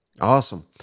awesome